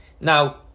now